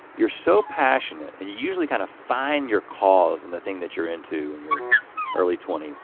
you're so passionate and usually kind of find your cause and the thing that you're into and your early twenty